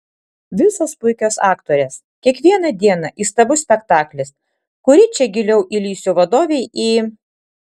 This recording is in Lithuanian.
visos puikios aktorės kiekvieną dieną įstabus spektaklis kuri čia giliau įlįsiu vadovei į